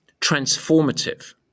transformative